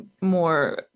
more